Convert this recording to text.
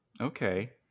Okay